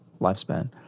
lifespan